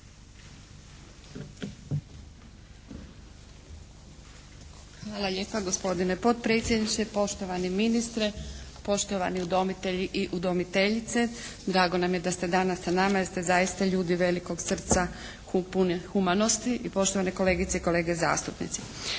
Hvala lijepa gospodine potpredsjedniče. Poštovani ministre, poštovani udomitelji i udomiteljice, drago nam je da ste danas sa nama jer ste zaista ljudi velikog srca puni humanosti, i poštovane kolegice i kolege zastupnici.